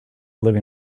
living